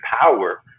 power